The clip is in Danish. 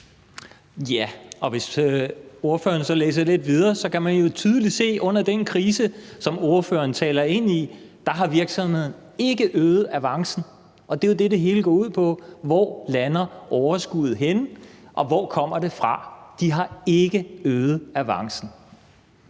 Ja, og hvis ordføreren så læser lidt videre, kan man jo tydeligt se, at under den krise, som ordføreren taler ind i, har virksomheden ikke øget avancen, og det, det hele går ud på, er, hvor overskuddet lander henne, og hvor det kommer fra. De har ikke øget avancen.